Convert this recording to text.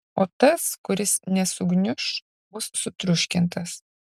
o tas kuris nesugniuš bus sutriuškintas